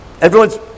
Everyone's